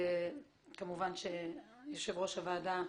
כמובן, יושב-ראש הוועדה,